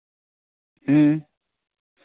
ᱦᱮᱸ